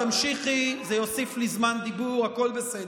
תמשיכי, זה יוסיף לי זמן דיבור, הכול בסדר.